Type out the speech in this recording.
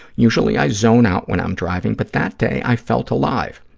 usually i zone out when i'm driving, but that day i felt alive.